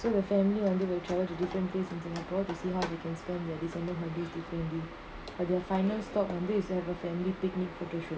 so the family வந்து:vanthu will travel to different places in singapore to see how you can spend the recent how different this பாத்தியா:paathiyaa final stop வந்து:vanthu is a our family picnic photo shoot